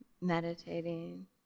meditating